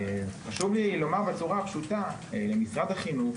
חשוב לי לומר בצורה פשוטה שלמשרד החינוך